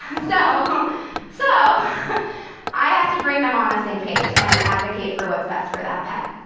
so so i have to bring them on the same page and advocate for what's best for that pet.